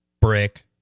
brick